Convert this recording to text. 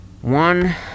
One